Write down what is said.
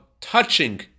touching